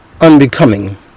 unbecoming